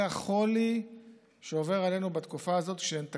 זה החולי שעובר עלינו בתקופה הזאת, שאין תקציב.